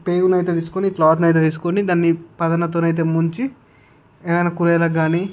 పేగులు అయితే తీసుకుని క్లాత్ను అయితే తీసుకొని పదనతో అయితే ముంచి ఏదైనా కూరగాయలకు కానీ